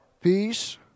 Peace